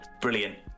brilliant